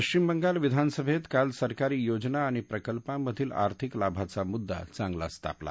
पश्चिम बंगाल विधानसभेत काल सरकारी योजना आणि प्रकल्पांमधील आर्थिक लाभाचा मुद्दा चांगलाच तापला